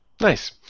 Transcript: Nice